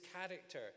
character